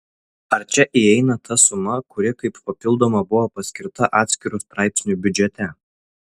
ar čia įeina ta suma kuri kaip papildoma buvo paskirta atskiru straipsniu biudžete